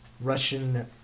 Russian